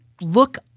look